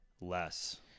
Less